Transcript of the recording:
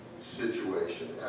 situation